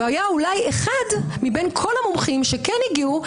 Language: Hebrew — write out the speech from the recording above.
והיה אולי אחד מבין כל המומחים שכן הגיעו,